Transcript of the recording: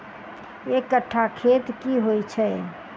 एक कट्ठा खेत की होइ छै?